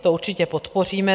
To určitě podpoříme.